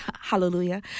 hallelujah